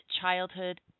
childhood